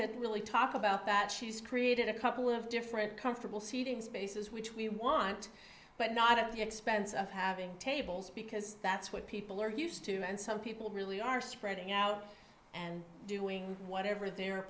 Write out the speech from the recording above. to really talk about that she's created a couple of different comfortable seating spaces which we want but not at the expense of having tables because that's what people are used to and some people really are spreading out and doing whatever their